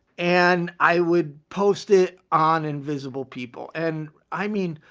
and i would post it on invisible people. and i mean,